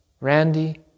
Randy